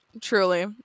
truly